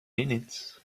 minutes